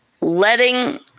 letting